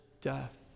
death